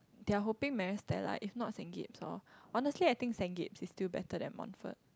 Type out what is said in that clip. they are hoping Maris-Stella if not Saint-Gabe's lor honestly I think Saint-Gabe's is still better than Montfort